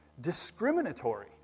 discriminatory